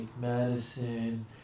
Madison